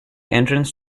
entrance